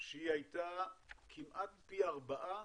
היא הייתה כמעט פי ארבעה,